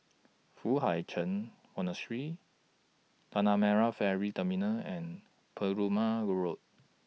Foo Hai Ch'An Monastery Tanah Merah Ferry Terminal and Perumal Road